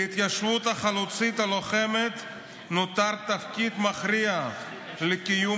להתיישבות החלוצית הלוחמת נותר תפקיד מכריע לקיום